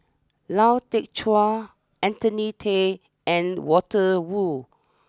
Lau Teng Chuan Anthony then and Walter Woon